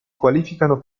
qualificano